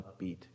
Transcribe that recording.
upbeat